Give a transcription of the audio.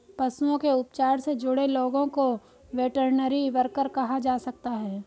पशुओं के उपचार से जुड़े लोगों को वेटरनरी वर्कर कहा जा सकता है